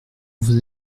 vous